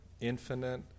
infinite